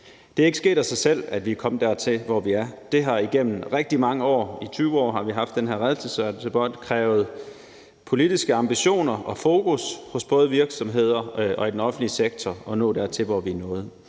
Det er ikke sket af sig selv, at vi er kommet dertil, hvor vi er. Det er sket over rigtig mange år, og i 20 år har vi haft den her redegørelsesdebat, og det har krævet politiske ambitioner og fokus hos både virksomheder og i den offentlige sektor for at nå dertil, hvor vi er nået.